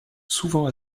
souvent